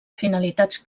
finalitats